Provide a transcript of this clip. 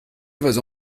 others